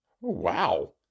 wow